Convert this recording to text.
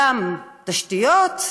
גם תשתיות.